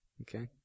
Okay